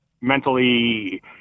mentally